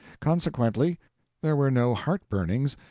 consequently there were no heart-burnings,